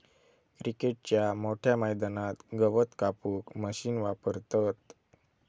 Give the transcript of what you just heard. क्रिकेटच्या मोठ्या मैदानात गवत कापूक मशीन वापरतत